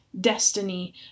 destiny